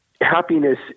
happiness